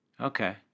Okay